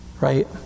Right